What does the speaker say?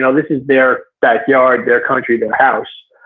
yeah this is their backyard, their country, their house.